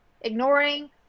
ignoring